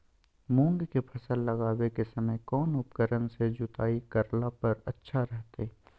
मूंग के फसल लगावे के समय कौन उपकरण से जुताई करला पर अच्छा रहतय?